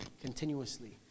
continuously